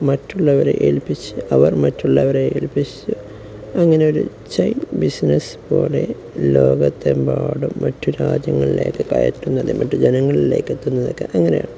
മറ്റുള്ളവരെ ഏൽപ്പിച്ച് അവർ മറ്റുള്ളവരെ ഏൽപ്പിച്ച് അങ്ങനൊരു ചെയ്ന് ബിസിനസ്സ് പോലെ ലോകത്തമ്പാടും മറ്റു രാജ്യങ്ങളിലേക്കു കയറ്റുന്നത് മറ്റു ജനങ്ങളിലേക്ക് എത്തുന്നതൊക്കെ അങ്ങനെയാണ്